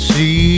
See